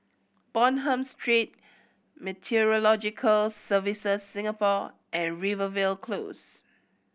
Bonham Street Meteorological Services Singapore and Rivervale Close